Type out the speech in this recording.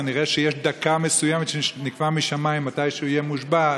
כנראה שיש דקה מסוימת שנקבעה משמיים מתי שהוא יהיה מושבע,